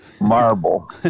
marble